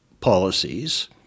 policies